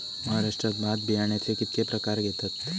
महाराष्ट्रात भात बियाण्याचे कीतके प्रकार घेतत?